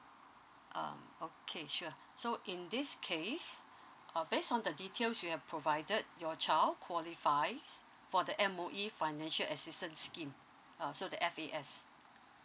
um okay sure so in this case uh based on the details you have provided your child qualifies for the M_O_E financial assistance scheme uh so the F_A_S